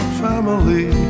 family